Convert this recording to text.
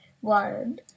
one